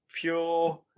pure